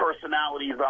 personalities